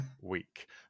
week